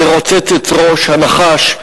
לרוצץ את ראש הנחש,